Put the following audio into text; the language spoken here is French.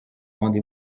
rendez